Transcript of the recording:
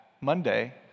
Monday